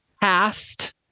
past